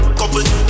couple